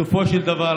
בסופו של דבר,